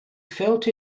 felt